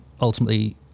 ultimately